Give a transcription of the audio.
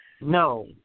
No